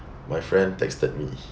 my friend texted me